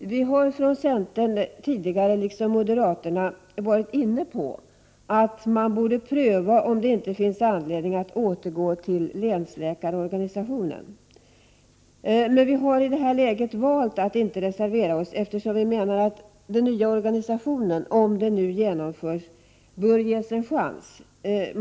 tidigare från centern liksom moderaterna varit inne på att man borde pröva, om det inte finns anledning att återgå till länsläkarorganisationen. Vi har dock i det här läget valt att inte reservera oss, eftersom vi menar att den nya organisationen, om den genomförs, bör ges en chans.